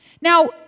Now